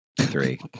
three